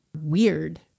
weird